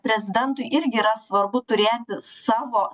prezidentui irgi yra svarbu turėti savo sauną